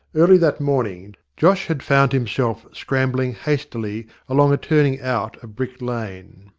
early that morning josh had found him self scrambling hastily along a turning out of brick lane,